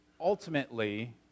Ultimately